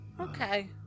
okay